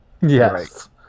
yes